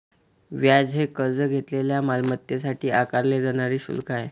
व्याज हे कर्ज घेतलेल्या मालमत्तेसाठी आकारले जाणारे शुल्क आहे